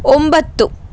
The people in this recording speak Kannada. ಒಂಬತ್ತು